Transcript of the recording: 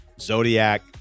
Zodiac